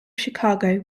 chicago